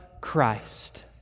Christ